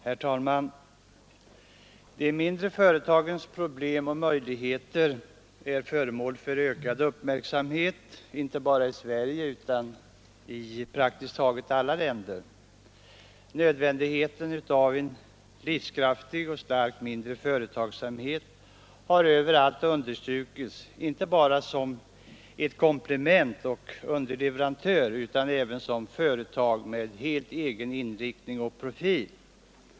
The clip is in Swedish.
Herr talman! De mindre företagens problem och möjligheter är föremål för ökad uppmärksamhet inte bara i Sverige utan i praktiskt taget alla länder. Nödvändigheten av livskraftiga och starka mindre företag har överallt understrukits inte bara som komplement och underleverantörer utan även som företag med helt egen inriktning och profil.